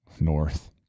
north